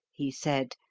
he said,